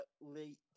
late